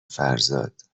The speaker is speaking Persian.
فرزاد